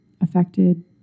affected